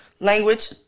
language